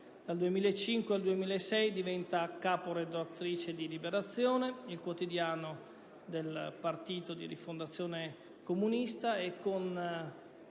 Dal 2005 al 2006 diventa caporedattrice di «Liberazione», il quotidiano del Partito della Rifondazione Comunista, e con